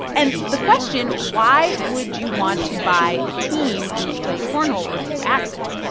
and the question, why would you want to buy a team who played cornhole or threw axes?